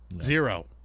Zero